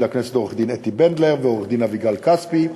לכנסת עורכת-הדין אתי בנדלר ועורכת-הדין אביגל כספי,